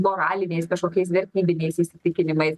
moraliniais kažkokiais vertybiniais įsitikinimais